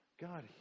God